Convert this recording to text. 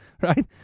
right